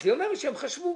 והיא אומרת שהם חשבו.